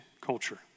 culture